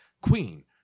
queen